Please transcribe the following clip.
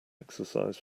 exercise